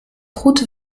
route